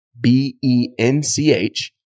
B-E-N-C-H